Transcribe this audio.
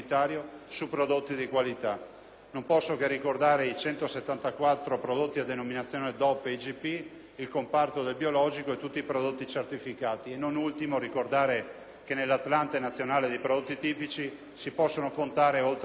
Non posso che ricordare i 174 prodotti a denominazione DOP e IGP, il comparto del biologico e tutti i prodotti certificati e non ultimo ricordare che nell'atlante nazionale dei prodotti tipici si possono contare oltre 4.500 prodotti.